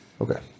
okay